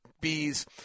Bees